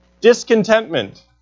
Discontentment